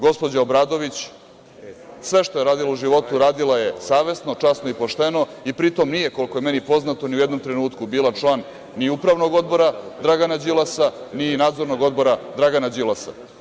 Gospođa Obradović sve što je radila u životu, radila je savesno, časno i pošteno i pri tom nije, koliko je meni poznato, ni u jednom trenutku bila član ni upravnog odbora Dragana Đilasa, ni nadzornog odbora Dragana Đilasa.